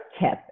tip